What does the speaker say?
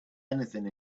anything